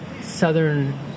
southern